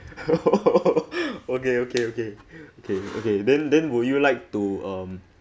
okay okay okay okay okay then then would you like to um